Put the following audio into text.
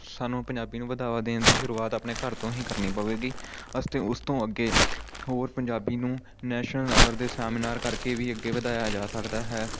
ਸਾਨੂੰ ਪੰਜਾਬੀ ਨੂੰ ਵਧਾਵਾ ਦੇਣ ਦੀ ਸ਼ੁਰੂਆਤ ਆਪਣੇ ਘਰ ਤੋਂ ਹੀ ਕਰਨੀ ਪਵੇਗੀ ਅਤੇ ਉਸ ਤੋਂ ਅੱਗੇ ਹੋਰ ਪੰਜਾਬੀ ਨੂੰ ਨੈਸ਼ਨਲ ਲੈਵਲ ਦੇ ਸੈਮੀਨਾਰ ਕਰਕੇ ਵੀ ਅੱਗੇ ਵਧਾਇਆ ਜਾ ਸਕਦਾ ਹੈ